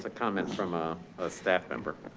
a comment from a staff member.